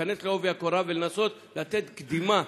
להיכנס בעובי הקורה ולנסות לתת קדימות